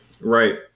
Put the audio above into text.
Right